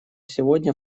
сегодня